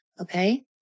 okay